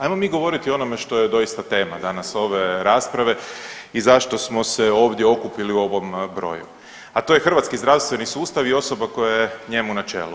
Ajmo mi govoriti o onome što je doista tema danas ove rasprave i zašto smo se ovdje okupili u ovom broju, a to je hrvatski zdravstveni sustav i osoba koja je njemu na čelu.